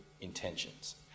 intentions